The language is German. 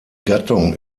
gattung